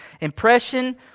Impression